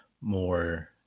more